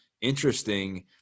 interesting